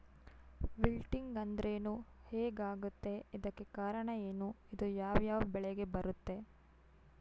Wilting ಅಂದ್ರೇನು? ಹೆಗ್ ಆಗತ್ತೆ? ಇದಕ್ಕೆ ಕಾರಣ ಏನು? ಇದು ಯಾವ್ ಯಾವ್ ಬೆಳೆಗೆ ಬರುತ್ತೆ?